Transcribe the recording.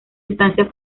estancia